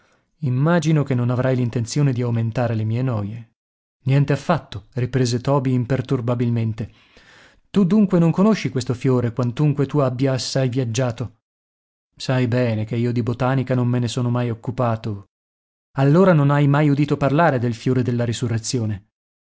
immagino che non avrai l'intenzione di aumentare le mie noie niente affatto riprese toby imperturbabilmente tu dunque non conosci questo fiore quantunque tu abbia assai viaggiato sai bene che io di botanica non me ne sono mai occupato allora non hai mai udito parlare del fiore della risurrezione